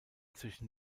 zwischen